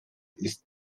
ist